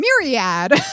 myriad